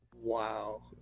wow